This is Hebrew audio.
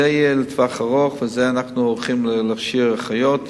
זה יהיה לטווח ארוך, ואנחנו הולכים להכשיר אחיות.